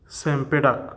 cempedak